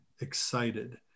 excited